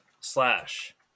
slash